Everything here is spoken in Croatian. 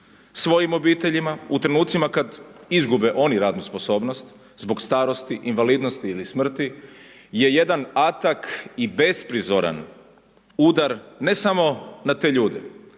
svojim obiteljima u trenucima kada izgube oni radnu sposobnost zbog starosti, invalidnosti ili smrti je jedan atak i besprizoran udar ne samo na te ljude,